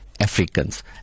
africans